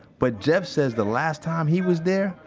but jeff says the last time he was there,